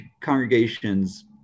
congregations